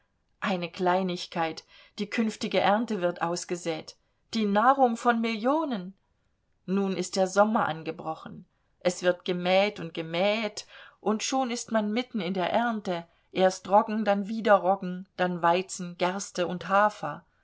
eine kleinigkeit die künftige ernte wird ausgesät die nahrung von millionen nun ist der sommer angebrochen es wird gemäht und gemäht und schon ist man mitten in der ernte erst roggen dann wieder roggen dann weizen gerste und hafer